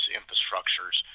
infrastructures